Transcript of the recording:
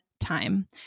time